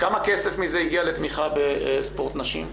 כמה כסף מזה הגיע לתמיכה בספורט נשים?